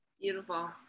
Beautiful